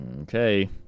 Okay